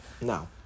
No